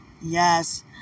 Yes